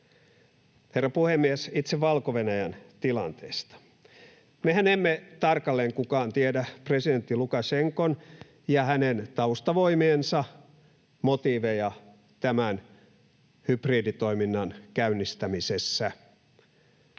Herra puhemies! Itse Valko-Venäjän tilanteesta: Mehän emme tarkalleen kukaan tiedä presidentti Lukašenkan ja hänen taustavoimiensa motiiveja tämän hybriditoiminnan käynnistämisessä.